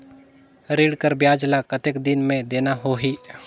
ऋण कर ब्याज ला कतेक दिन मे देना होही?